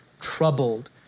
troubled